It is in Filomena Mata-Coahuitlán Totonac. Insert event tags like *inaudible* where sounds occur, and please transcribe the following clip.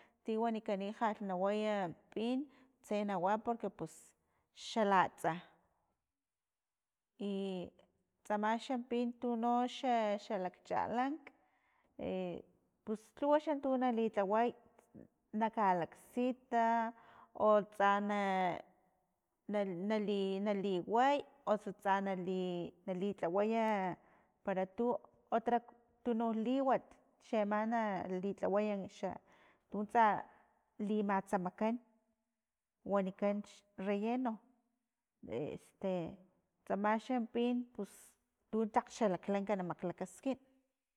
Ti wamikan jal na waya pin, tse nawa porque pus xalaatsa y tsama xampin tunuxa xalakchalank *hesitation* pus lhuwa xa tu nalilhaway na kalaksita o tsa na- nal- nali way o su tsa nali- nali tlawaya paratu otra tunuk liwat, chi ama nali tlawaya xa tutsa limatsamakan wanikan ch relleno este tsama xampin pus tu tlak xalaklank namaklakaskin.